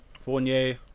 Fournier